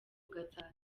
gatsata